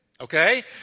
Okay